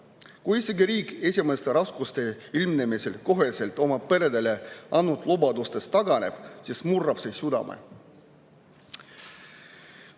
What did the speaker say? Kui isegi riik esimeste raskuste ilmnemisel koheselt oma peredele antud lubadustest taganeb, siis murrab see südame. Kui